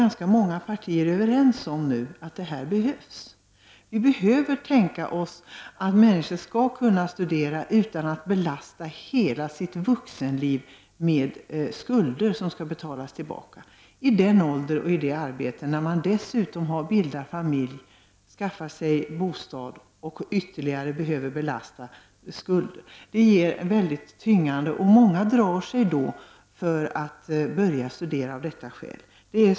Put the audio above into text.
Många partier är överens om att det behövs. Vi behöver tänka oss att människor skall kunna studera utan att behöva belasta hela sitt vuxenliv med skulder som skall betalas tillbaka. Det handlar ju om den ålder i livet då man arbetar men dessutom har bildat familj, skaffat sig bostad och ytterligare måst belasta skuldbördan. Det är mycket tyngande. Många drar sig då för att börja studera av det skälet.